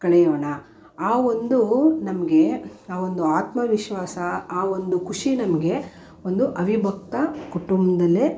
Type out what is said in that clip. ಕಳೆಯೋಣ ಆ ಒಂದು ನಂಗೆ ಆ ಒಂದು ಆತ್ಮವಿಶ್ವಾಸ ಆ ಒಂದು ಖುಷಿ ನಮಗೆ ಒಂದು ಅವಿಭಕ್ತ ಕುಟುಂಬದಲ್ಲೇ